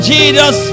Jesus